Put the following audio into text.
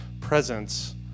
presence